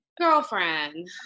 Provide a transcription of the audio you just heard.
girlfriend